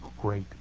great